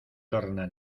torna